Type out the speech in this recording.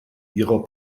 ihrer